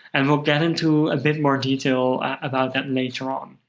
and we'll get into a bit more detail about that later on.